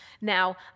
Now